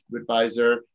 Advisor